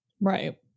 Right